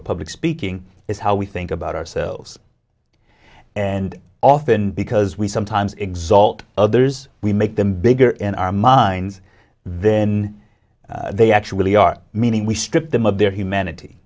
of public speaking is how we think about ourselves and often because we sometimes exalt others we make them bigger in our minds then they actually are meaning we stripped them of their humanity